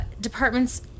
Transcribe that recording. Department's